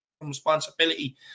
responsibility